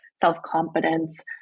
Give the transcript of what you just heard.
self-confidence